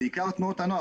בעיקר תנועות הנוער.